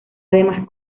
además